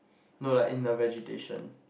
no like in the vegetation